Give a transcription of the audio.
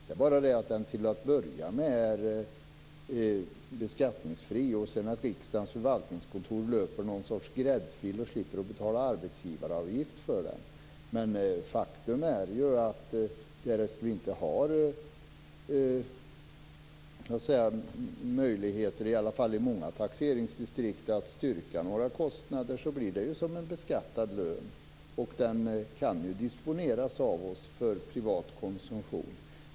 Det är bara det att den till att börja med är beskattningsfri och att sedan riksdagens förvaltningskontor löper i någon sorts gräddfil och slipper att betala arbetsgivaravgift för den. Men faktum är ju att därest vi inte har möjligheter - i alla fall i många taxeringsdistrikt - att styrka några kostnader så blir det ju som en beskattad lön. Den kan ju disponeras av oss för privat konsumtion.